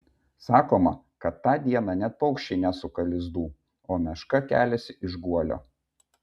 sakoma kad tą dieną net paukščiai nesuka lizdų o meška keliasi iš guolio